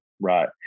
Right